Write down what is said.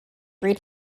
three